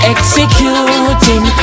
Executing